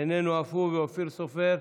איננו אף הוא, אופיר סופר,